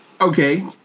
Okay